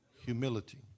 Humility